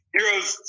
Heroes